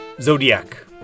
zodiac